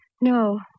No